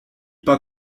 pas